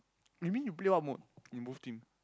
you mean you play what mode in WolfTeam